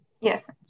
Yes